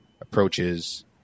approaches